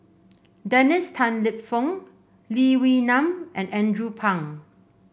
Dennis Tan Lip Fong Lee Wee Nam and Andrew Phang